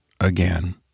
again